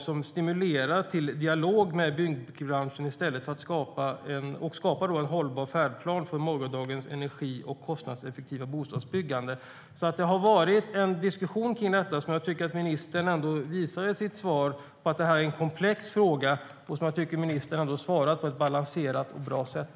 I debattartikeln skriver man att regeringen borde stimulera kommunerna "till att i dialog med byggbranschen skapa en hållbar färdplan för morgondagens energi och kostnadseffektiva bostadsbyggande".Det har alltså förts en diskussion kring detta. Ministern visar i sitt svar på att det är en komplex fråga. Jag tycker att ministern svarar på ett balanserat och bra sätt.